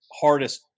hardest